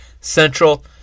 Central